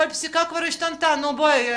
אבל הפסיקה כבר השתנתה, נו בואי.